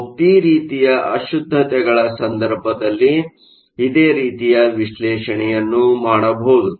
ನಾವು ಪಿ ರೀತಿಯ ಅಶುದ್ಧತೆಗಳ ಸಂದರ್ಭದಲ್ಲಿ ಇದೇ ರೀತಿಯ ವಿಶ್ಲೇಷಣೆಯನ್ನು ಮಾಡಬಹುದು